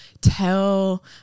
tell